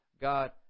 God